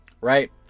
right